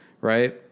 right